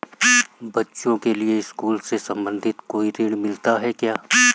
बच्चों के लिए स्कूल से संबंधित कोई ऋण मिलता है क्या?